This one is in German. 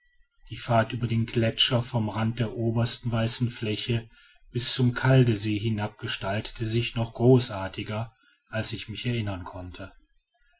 die fahrt über den gletscher vom rande der obersten weißen fläche bis zum kaldesee hinab gestaltete sich noch großartiger als ich mich erinnern konnte